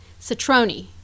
Citroni